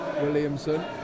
Williamson